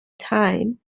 time